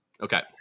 okay